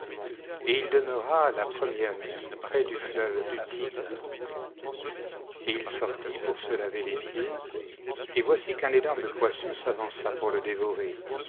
et il demeura la première nuit près du fleuve du tigre et il sortit pour se laver les pieds et voici qu'un énorme poisson s'avança pour le dévorer